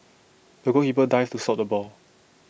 the goalkeeper dived to stop the ball